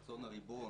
את רצון הריבון,